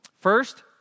First